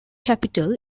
capital